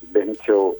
bent jau